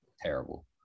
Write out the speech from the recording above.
Terrible